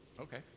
okay